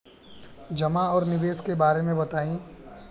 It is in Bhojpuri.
जमा और निवेश के बारे मे बतायी?